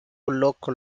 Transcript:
local